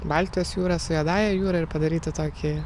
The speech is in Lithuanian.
baltijos jūrą su juodąja jūra ir padaryti tokį